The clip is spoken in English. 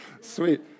Sweet